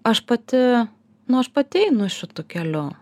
aš pati nu aš pati einu šitu keliu